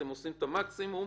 אתם עושים את המקסימום.